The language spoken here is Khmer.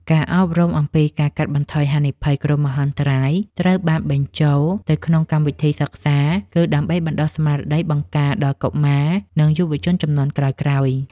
ការអប់រំអំពីការកាត់បន្ថយហានិភ័យគ្រោះមហន្តរាយត្រូវបានបញ្ចូលទៅក្នុងកម្មវិធីសិក្សា គឺដើម្បីបណ្តុះស្មារតីបង្ការដល់កុមារ និងយុវជនជំនាន់ក្រោយៗ។